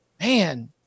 man